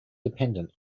dependent